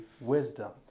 wisdom